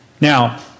Now